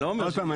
עוד פעם,